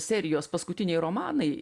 serijos paskutiniai romanai